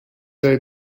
day